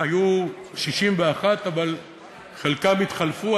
היו 61, אבל חלקם התחלפו.